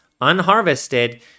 unharvested